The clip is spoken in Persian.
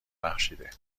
بخشیده